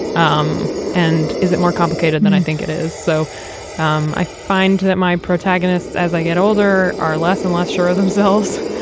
um and is it more complicated than i think it is? so um i find that my protagonists as i get older are less and less sure of themselves.